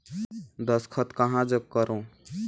दस्खत कहा जग करो?